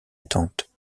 tante